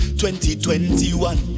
2021